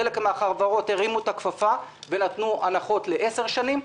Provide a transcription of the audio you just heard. חלק מן החברות הרימו את הכפפה ונתנו הנחות לעשר שנים,